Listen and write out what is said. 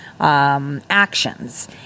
Actions